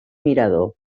mirador